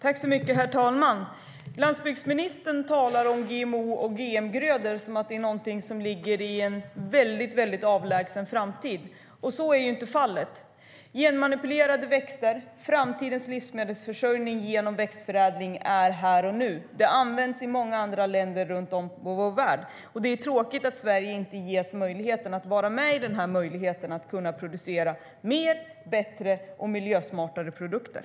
Herr talman! Landsbygdsministern talar om GMO och GM-grödor som om det är någonting som ligger i en mycket avlägsen framtid. Så är inte fallet. Genmanipulerade växter och framtidens livsmedelsförsörjning genom växtförädling är här och nu. De används i många andra länder runt om i vår värld, och det är tråkigt att Sverige inte ges möjlighet att vara med i fråga om detta och kunna producera mer, bättre och miljösmartare produkter.